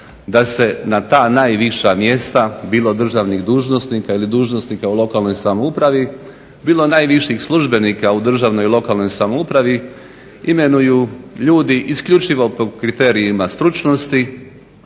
da se na ta najviša mjesta, bilo državnih dužnosnika ili dužnosnika u lokalnoj samoupravi, bilo najviših službenika u državnoj i lokalnoj samoupravi imenuju ljudi isključivo po kriterijima stručnosti,